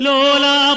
Lola